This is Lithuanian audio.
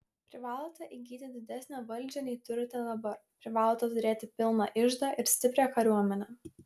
privalote įgyti didesnę valdžią nei turite dabar privalote turėti pilną iždą ir stiprią kariuomenę